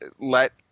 let